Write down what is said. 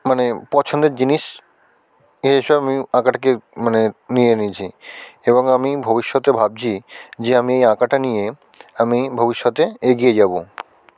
মানে পছন্দের জিনিস এ হিসাবে আঁকাটাকে মানে নিয়ে নিয়েছি এবং আমি ভবিষ্যতে ভাবছি যে আমি আঁকাটা নিয়ে আমি ভবিষ্যতে এগিয়ে যাবো